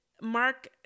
Mark